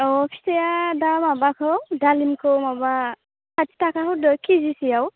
अ फिथाइआ दा माबाखौ दालिमखौ माबा साथि थाखा हरदो केजिसेयाव